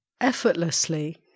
effortlessly